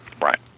Right